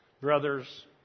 Brothers